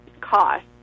cost